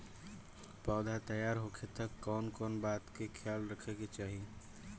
पौधा तैयार होखे तक मे कउन कउन बात के ख्याल रखे के चाही?